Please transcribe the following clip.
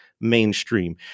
mainstream